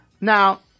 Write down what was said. Now